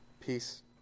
peace